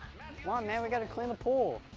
come on, man, we gotta clean the pool.